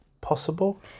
possible